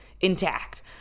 intact